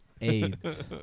AIDS